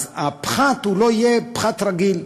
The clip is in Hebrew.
אז הפחת לא יהיה פחת רגיל,